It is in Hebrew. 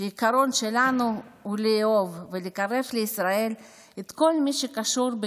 שהעיקרון שלנו הוא לאהוב ולקרב לישראל את כל מי שקשורים